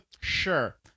sure